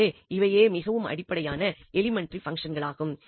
எனவே இவையே மிகவும் அடிப்படையான எலிமெண்டரி பங்சன்களாகும்